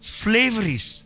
slaveries